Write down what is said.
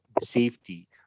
safety